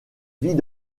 vit